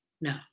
No